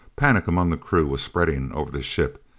panic among the crew was spreading over the ship.